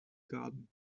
garden